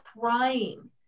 crying